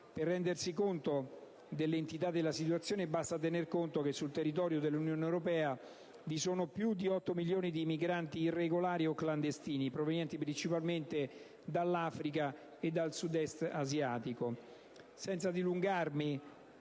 Per rendersi conto dell'entità della situazione basta tenere conto che sul territorio dell'Unione europea vi sono più di 8 milioni di migranti irregolari o clandestini provenienti principalmente dall'Africa e dal Sud‑Est asiatico.